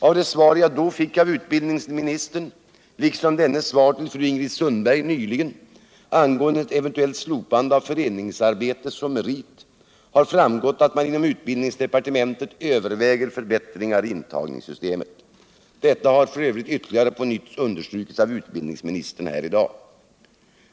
Av det svar jag då fick av utbildningsministern, liksom dennes svar nyligen till Ingrid Sundberg angående ett eventuellt slopande av föreningsarbete som merit, har framgått att man inom utbildningsdepartementet överväger förbättringar i intagningssystemet. Detta har f. ö. på nytt understrukits av utbildningsministern i dag.